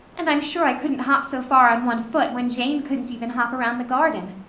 and i'm sure i couldn't hop so far on one foot when jane couldn't even hop around the garden.